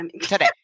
Today